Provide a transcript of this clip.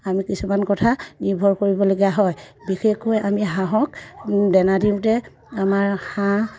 আমি কিছুমান কথা নিৰ্ভৰ কৰিবলগীয়া হয় বিশেষকৈ আমি হাঁহক দানা দিওঁতে আমাৰ হাঁহ